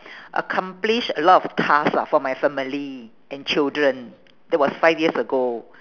accomplish a lot of task lah for my family and children that was five years ago